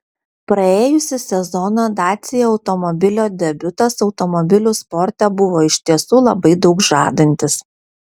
praėjusį sezoną dacia automobilio debiutas automobilių sporte buvo iš tiesų labai daug žadantis